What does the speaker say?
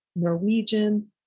Norwegian